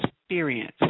experience